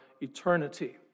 eternity